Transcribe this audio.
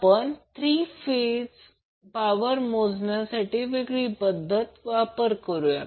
आपण तीन phase power मोजण्यासाठी वेगळी पद्धत वापर करुया